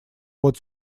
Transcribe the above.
вот